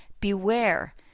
Beware